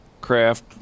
craft